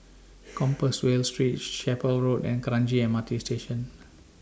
Compassvale Street Chapel Road and Kranji M R T Station